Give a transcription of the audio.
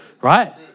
Right